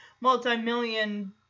multi-million